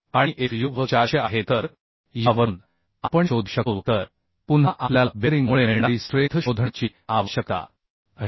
आणि f u v 400 आहे तर यावरून आपण शोधू शकतो तर पुन्हा आपल्याला बेअरिंगमुळे मिळणारी स्ट्रेंथ शोधण्याची आवश्यकता आहे